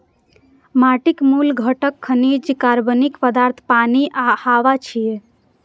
माटिक मूल घटक खनिज, कार्बनिक पदार्थ, पानि आ हवा छियै